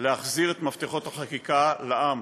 להחזיר את מפתחות החקיקה לעם,